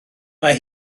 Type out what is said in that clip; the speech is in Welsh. mae